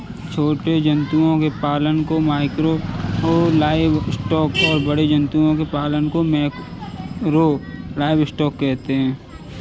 छोटे जंतुओं के पालन को माइक्रो लाइवस्टॉक और बड़े जंतुओं के पालन को मैकरो लाइवस्टॉक कहते है